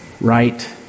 right